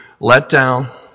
letdown